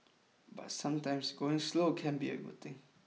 but sometimes going slow can be a good thing